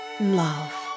love